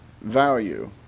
value